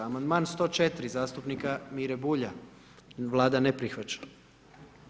Amandman 104, zastupnika Mire Bulja, Vlada ne prihvaća.